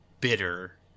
bitter